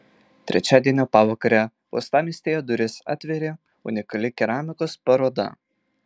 trečiadienio pavakarę uostamiestyje duris atvėrė unikali keramikos paroda